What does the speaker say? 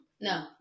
No